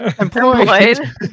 employed